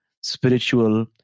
spiritual